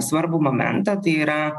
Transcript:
svarbų momentą tai yra